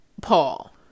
Paul